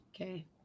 Okay